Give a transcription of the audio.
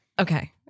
okay